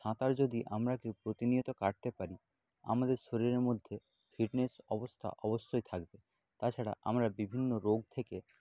সাঁতার যদি আমরা কেউ প্রতিনিয়ত কাটতে পারি আমাদের শরীরের মধ্যে ফিটনেস অবস্থা অবশ্যই থাকবে তাছাড়া আমরা বিভিন্ন রোগ থেকে